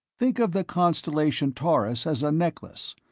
think of the constellation taurus as a necklace,